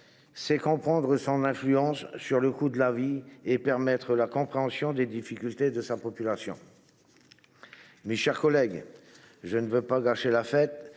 c’est comprendre son influence sur le coût de la vie et permettre la compréhension des difficultés de sa population. Mes chers collègues, je ne veux pas gâcher la fête,